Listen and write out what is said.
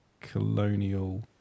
Colonial